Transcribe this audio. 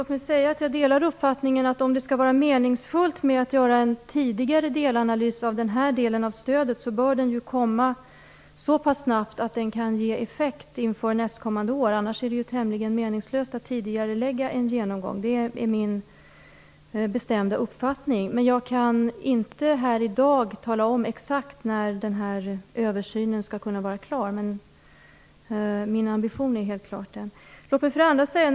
Fru talman! Jag delar uppfattningen att om det skall vara meningsfullt att göra en tidigare delanalys av denna del av stödet, bör den göras så pass snabbt att den kan ge effekt inför nästkommande år - annars är det tämligen meningslöst att tidigarelägga en genomgång. Det är min bestämda uppfattning. Jag kan dock inte här i dag tala om exakt när översynen skall kunna vara klar, men min ambition är helt klart att den skall vara klar i tid.